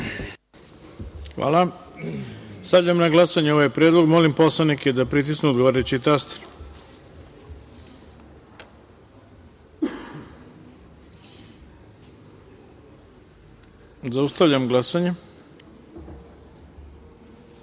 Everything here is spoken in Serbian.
Hvala. Stavljam na glasanje ovaj predlog. Molim poslanike da pritisnu odgovarajući taster. Zaustavljam glasanje: